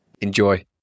Enjoy